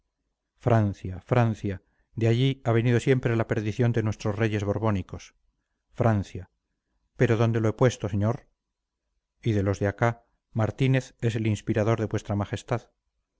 francia francia de allí ha venido siempre la perdición de nuestros reyes borbónicos francia pero dónde lo he puesto señor y de los de acá martínez es el inspirador de vuestra majestad